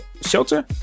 shelter